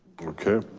okay.